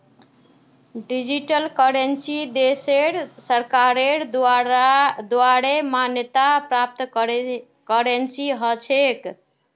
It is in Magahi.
डिजिटल करेंसी देशेर सरकारेर द्वारे मान्यता प्राप्त करेंसी ह छेक